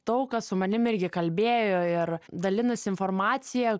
daug su manimi irgi kalbėjo ir dalinosi informacija